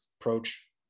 approach